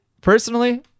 personally